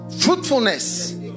fruitfulness